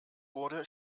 wurde